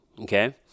okay